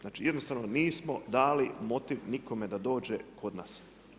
Znači jednostavno nismo dali motiv nikome da dođe kod nas.